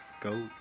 go